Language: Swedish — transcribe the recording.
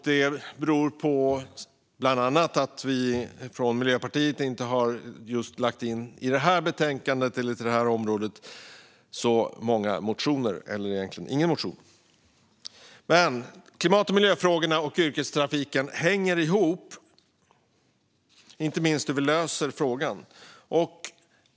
Det beror bland annat på att vi från Miljöpartiets sida inte har väckt så många motioner på det här området - egentligen inga motioner. Men klimat och miljöfrågorna och yrkestrafiken hänger ihop, inte minst när det gäller hur man löser frågan.